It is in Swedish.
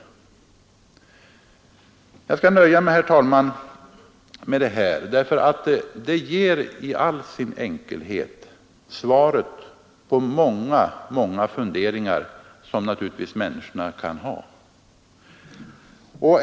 Jag skall nöja mig, herr talman, med detta därför att det ger i all sin enkelhet svaret på många, många funderingar som vi kan ha om centerpartiet.